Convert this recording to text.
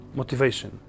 motivation